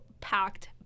packed